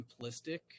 simplistic